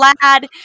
glad